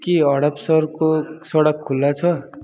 के हडप सरको सडक खुल्ला छ